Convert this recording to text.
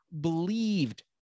believed